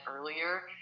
earlier